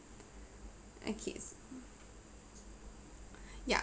okay s~ ya